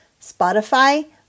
Spotify